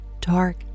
dark